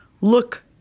Look